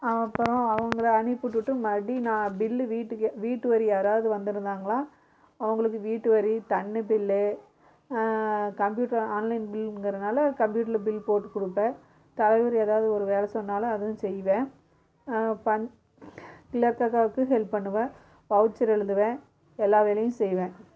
அப்பறம் அவங்கள அனுப்பி விட்டுட்டு மதி நான் பில் வீட்டுக்கு வீடு வரி யாராவது வந்திருந்தாங்களா அவங்களுக்கு வீட்டு வரி தண்ணீர் பில் கம்ப்யூட்டர் ஆன்லைன் பில்லுங்கிறதனால கம்ப்யூட்டர்ல பில் போட்டுக் கொடுப்பேன் தலைவர் ஏதாவுது ஒரு வேலை சொன்னாலும் அதுவும் செய்வேன் பஞ் கிளர்க் அக்காவுக்கு ஹெல்ப் பண்ணுவேன் வவுச்சர் எழுதுவேன் எல்லா வேலையும் செய்வேன்